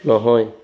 নহয়